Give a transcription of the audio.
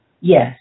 Yes